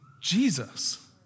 Jesus